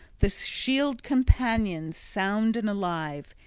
the shield-companion sound and alive,